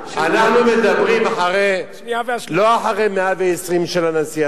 אנחנו מדברים לא אחרי מאה-ועשרים של הנשיא.